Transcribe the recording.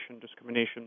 discrimination